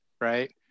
right